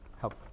help